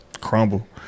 Crumble